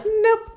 nope